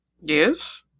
Yes